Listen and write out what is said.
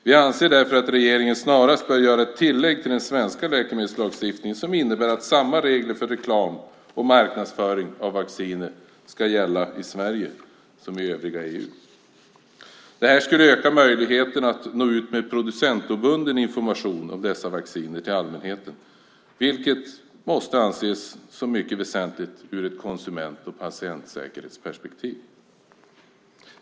Vi anser därför att regeringen snarast bör göra ett tillägg till den svenska läkemedelslagstiftningen som innebär att samma regler för reklam och marknadsföring av vacciner ska gälla i Sverige som i övriga EU. Detta skulle öka möjligheterna att nå ut med producentobunden information av dessa vacciner till allmänheten, vilket måste anses som mycket väsentligt ur ett konsument och patientsäkerhetsperspektiv.